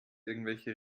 irgendwelche